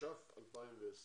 יש